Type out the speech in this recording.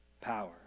power